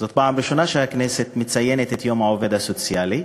זאת הפעם הראשונה שהכנסת מציינת את יום העובד הסוציאלי,